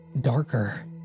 darker